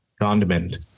condiment